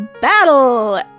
battle